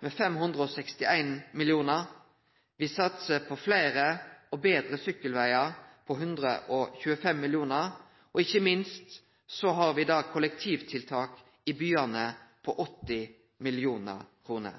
med 561 mill. kr. Me satsar på fleire og betre sykkelvegar med 125 mill. kr, og ikkje minst har me kollektivtiltak i byane på 80 mill. kr.